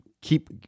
keep